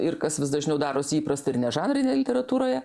ir kas vis dažniau darosi įprasta ir nežanrinėj literatūroje